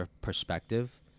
perspective